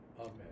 Amen